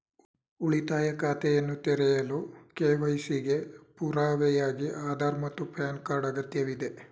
ಉಳಿತಾಯ ಖಾತೆಯನ್ನು ತೆರೆಯಲು ಕೆ.ವೈ.ಸಿ ಗೆ ಪುರಾವೆಯಾಗಿ ಆಧಾರ್ ಮತ್ತು ಪ್ಯಾನ್ ಕಾರ್ಡ್ ಅಗತ್ಯವಿದೆ